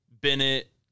Bennett